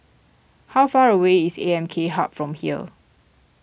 how far away is A M K Hub from here